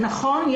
אז נכון,